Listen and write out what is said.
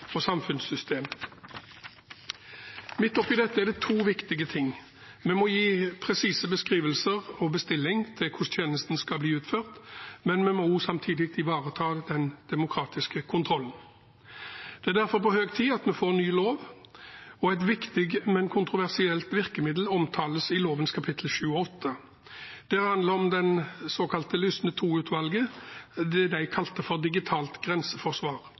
og samfunnssystem? Midt oppe i dette er det to viktige ting: Vi må gi presise beskrivelser og bestillinger til hvordan tjenesten skal bli utført, men vi må samtidig ivareta den demokratiske kontrollen. Det er derfor på høy tid at vi får en ny lov. Et viktig, men kontroversielt virkemiddel omtales i lovens kapittel 7 og 8. Det handler om det det såkalte Lysne II-utvalget kalte for digitalt grenseforsvar.